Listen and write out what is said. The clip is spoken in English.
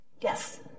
Yes